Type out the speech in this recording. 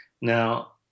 Now